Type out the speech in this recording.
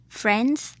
friends